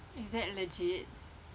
is that legit